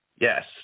Yes